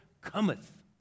cometh